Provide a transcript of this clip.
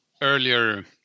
earlier